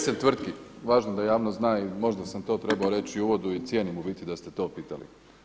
10 tvrtki važno da javnost zna i možda sam to i trebao reći u uvodu i cijenim u biti da ste to pitali.